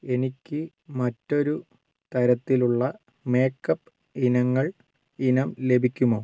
എനിക്ക് മറ്റൊരു തരത്തിലുള്ള മേക്കപ്പ് ഇനങ്ങൾ ഇനം ലഭിക്കുമോ